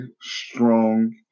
strong